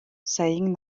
saying